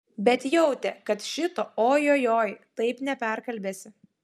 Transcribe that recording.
bet jautė kad šito ojojoi taip neperkalbėsi